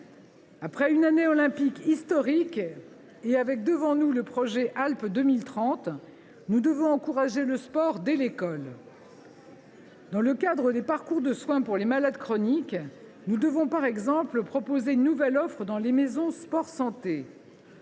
Après une année olympique historique et avec devant nous le projet Alpes 2030, nous devons encourager la pratique du sport dès l’école. Dans le cadre des parcours de soins des malades chroniques, nous devons également présenter une nouvelle offre dans les maisons sport santé.